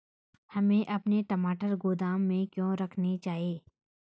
हमें अपने टमाटर गोदाम में क्यों रखने चाहिए?